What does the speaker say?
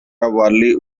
early